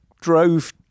drove